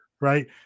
right